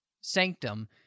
sanctum